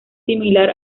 similar